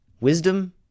wisdom